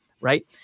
right